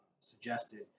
suggested